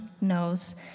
knows